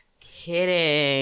Kidding